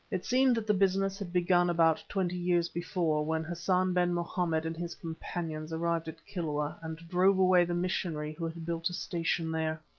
it seemed that the business had begun about twenty years before, when hassan-ben-mohammed and his companions arrived at kilwa and drove away the missionary who had built station there.